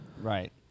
Right